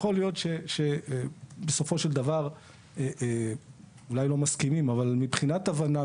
יכול להיות שבסופו של דבר אולי לא מסכימים אבל מבחינת הבנה,